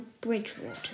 Bridgewater